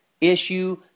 issue